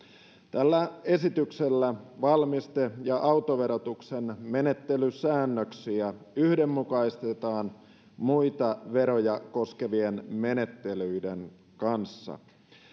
tällä esityksellä valmiste ja autoverotuksen menettelysäännöksiä yhdenmukaistetaan muita veroja koskevien menettelyiden kanssa